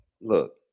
Look